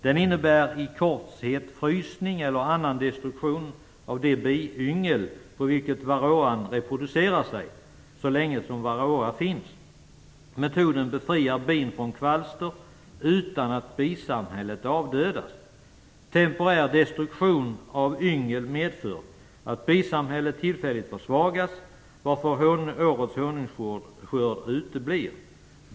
Den innebär i korthet frysning eller annan destruktion av det biyngel på vilket varroan reproducerar sig, så länge som varroa finns. Metoden befriar bin från kvalster utan att bisamhället avdödas. Temporär destruktion av yngel medför att bisamhället tillfälligt försvagas, varför årets honungsskörd uteblir.